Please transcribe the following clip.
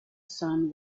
son